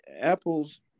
Apple's